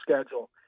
schedule